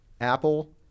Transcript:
Apple